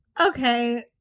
Okay